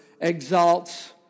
exalts